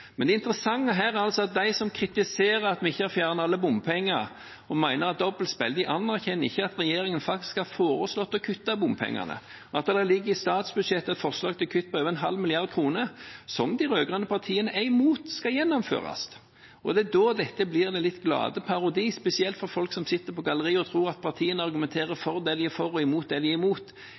Det interessante her er at de som kritiserer at vi ikke har fjernet alle bompengene, og mener at det er dobbeltspill, ikke anerkjenner at regjeringen faktisk har foreslått å kutte i bompengene – at det i statsbudsjettet ligger et forslag til kutt på over en halv milliard kroner, som de rød-grønne partiene er imot skal gjennomføres. Det er da dette blir litt den glade parodi, spesielt for folk som sitter på galleriet og tror at partiene argumenterer for det de er for, og imot det de er imot.